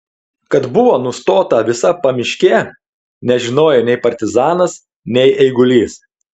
kad buvo nustota visa pamiškė nežinojo nei partizanas nei eigulys